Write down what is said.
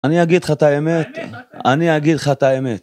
אני אגיד לך את האמת, אני אגיד לך את האמת.